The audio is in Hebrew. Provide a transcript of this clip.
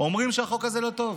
אומרים שהחוק הזה לא טוב,